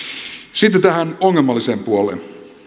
sitten tähän ongelmalliseen puoleen